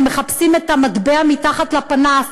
מחפשים את המטבע מתחת לפנס,